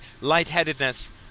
lightheadedness